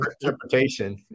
interpretation